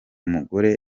mugore